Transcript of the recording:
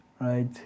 right